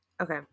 Okay